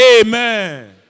Amen